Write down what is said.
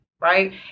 Right